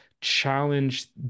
challenge